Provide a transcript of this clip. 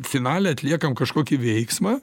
finale atliekam kažkokį veiksmą